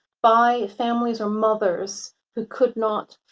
by families or mothers who could not,